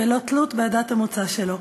בלא תלות בעדת המוצא שלו.